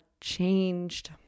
changed